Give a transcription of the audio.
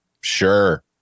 sure